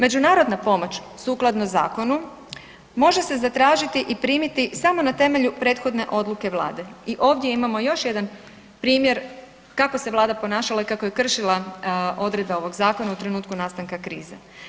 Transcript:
Međunarodna pomoć sukladno zakonu može se zatražili i primiti samo na temelju prethodne odluke Vlade i ovdje imamo još jedan primjer kako se Vlada ponašala i kako je kršila odredbe ovog zakona u trenutku nastanka krize.